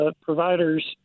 providers